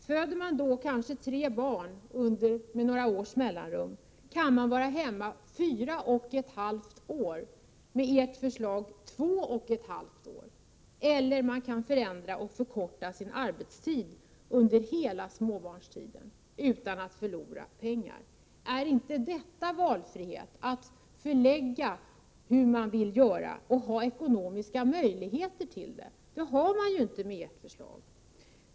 Föder man då kanske tre barn med några års mellanrum, kan man vara hemma fyra och ett halvt år, med ert förslag två och ett halvt år, eller man kan förändra och förkorta arbetstiden under hela småbarnstiden utan att förlora pengar. Är det inte valfrihet att kunna förlägga föräldraledigheten som man vill och ha ekonomiska möjligheter att göra det? Det har inte föräldrarna med ert förslag.